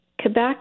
Quebec